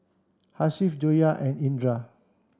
Hasif Joyah and Indra